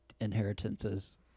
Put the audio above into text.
inheritances